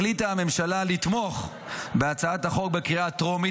החליטה הממשלה לתמוך בהצעת החוק בקריאה הטרומית,